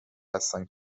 هستند